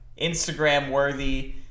Instagram-worthy